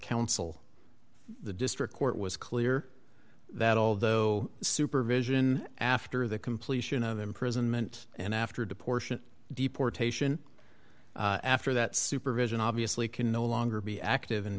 counsel the district court was clear that although supervision after the completion of imprisonment and after to portion deportation after that supervision obviously can no longer be active and